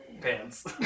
Pants